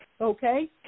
Okay